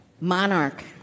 Monarch